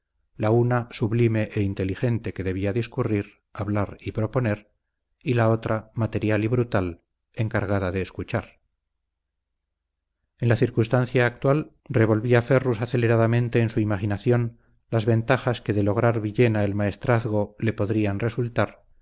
la una sublime e inteligente que debía discurrir hablar y proponer y la otra material y brutal encargada de escuchar en la circunstancia actual revolvía ferrus aceleradamente en su imaginación las ventajas que de lograr villena el maestrazgo le podrían resultar